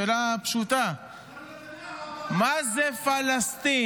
שאלה פשוטה -- גם נתניהו אמר ----- מה זה פלסטין?